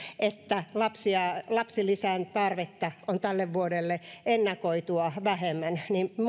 että lapsilisän tarve on tälle vuodelle ennakoitua vähemmän minun